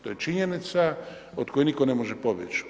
To je činjenica od koje nitko ne može pobjeć.